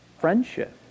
friendship